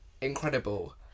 incredible